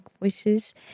voices